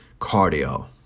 cardio